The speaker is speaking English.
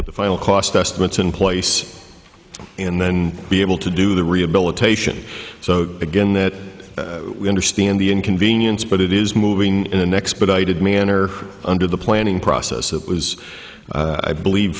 put the final cost estimates in place and then be able to do the rehabilitation so again that we understand the inconvenience but it is moving in the next but i did manner under the planning process it was i believe